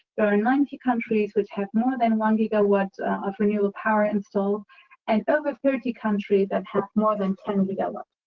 there are ninety countries which have more than one gigawatt of renewable power installed and over thirty countries that have more than ten gigawatts.